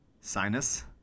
Sinus